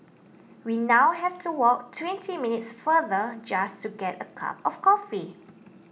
we now have to walk twenty minutes farther just to get a cup of coffee